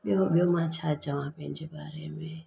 ॿियों ॿियों मां छा चवा पंहिंजे बारे में